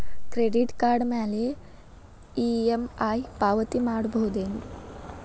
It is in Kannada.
ಕ್ರೆಡಿಟ್ ಕಾರ್ಡ್ ಮ್ಯಾಲೆ ಇ.ಎಂ.ಐ ಪಾವತಿ ಮಾಡ್ಬಹುದೇನು?